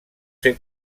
ser